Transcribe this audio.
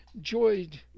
joyed